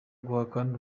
gutahana